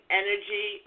energy